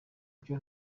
buryo